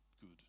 good